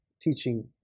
Teaching